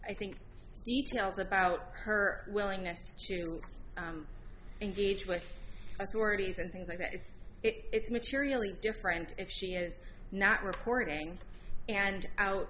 i think details about her willingness to engage with authorities and things like that it's it's materially different if she is not reporting and out